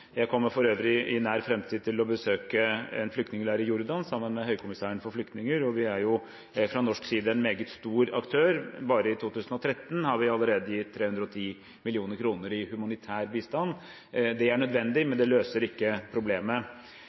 Jeg kommer for øvrig i nær fremtid til å besøke en flyktningeleir i Jordan sammen med høykommissæren for flyktninger, og vi er jo fra norsk side en meget stor aktør. Bare i 2013 har vi allerede gitt 310 mill. kr i humanitær bistand. Det er nødvendig, men det løser ikke problemet.